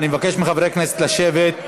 אני מבקש מחברי הכנסת לשבת.